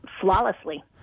flawlessly